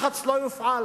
לחץ לא יופעל.